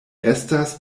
estas